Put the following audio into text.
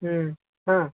ହଁ